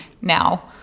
now